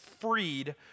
freed